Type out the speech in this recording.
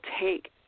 take